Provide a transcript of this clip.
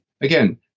again